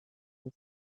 they